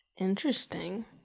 Interesting